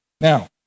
Now